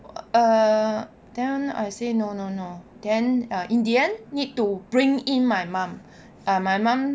err then I say no no no then in the end need to bring in my mum